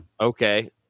Okay